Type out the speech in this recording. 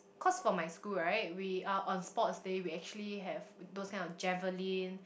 cause for my school right we uh on sports day we actually have those kind of javelin